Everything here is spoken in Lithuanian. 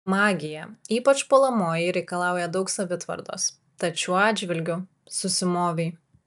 magija ypač puolamoji reikalauja daug savitvardos tad šiuo atžvilgiu susimovei